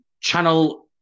channel